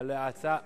על ההצעה, אני